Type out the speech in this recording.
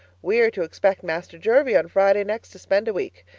we are to expect master jervie on friday next to spend a week.